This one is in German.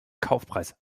kaufpreis